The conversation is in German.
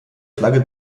flagge